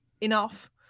enough